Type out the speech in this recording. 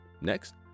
Next